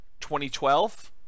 2012